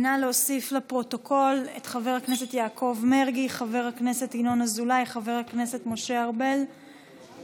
ההצעה להעביר את הנושא לוועדת החינוך, התרבות